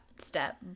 step